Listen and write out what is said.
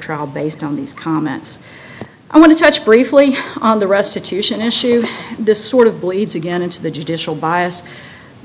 trial based on these comments i want to touch briefly on the restitution issue this sort of bleeds again into the judicial bias